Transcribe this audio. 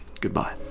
goodbye